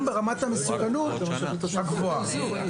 ברמת המסוכנות הגבוהה.